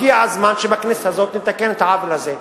הגיע הזמן שבכנסת הזאת נתקן את העוול הזה.